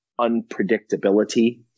unpredictability